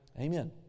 Amen